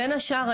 בין השאר,